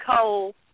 Cole